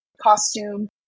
costume